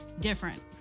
different